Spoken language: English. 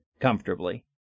Comfortably